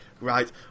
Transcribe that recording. right